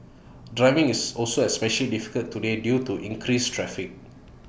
driving is also especially difficult today due to increased traffic